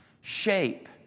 shape